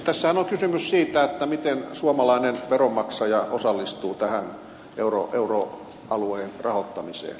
tässähän on kysymys siitä miten suomalainen veronmaksaja osallistuu tähän euroalueen rahoittamiseen